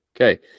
okay